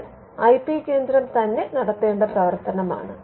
അത് I P കേന്ദ്രം തന്നെ നടത്തേണ്ട പ്രവർത്തനമാണ്